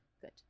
Good